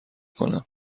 کنم